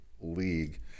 League